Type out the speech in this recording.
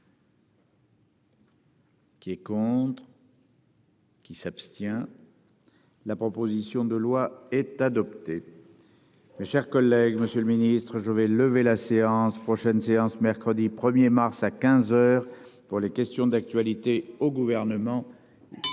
Qui est contre. Qui s'abstient. La proposition de loi est adopté. Mes chers collègues, Monsieur le Ministre, je vais lever la séance prochaine séance mercredi 1er mars à 15h pour les questions d'actualité au gouvernement.